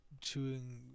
chewing